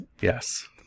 Yes